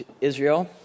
Israel